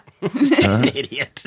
Idiot